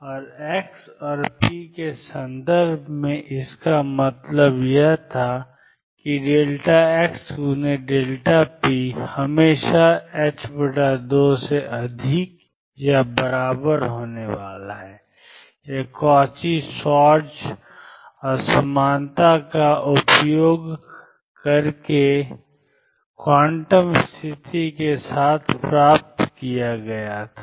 और एक्स और पी के संदर्भ में इसका मतलब यह था कि xp हमेशा 2 से अधिक या बराबर होने वाला था यह क्वाची श्वार्ट्ज असमानता का उपयोग करके क्वांटम स्थिति के साथ प्राप्त किया गया था